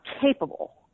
capable